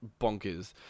bonkers